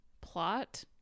plot